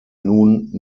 nun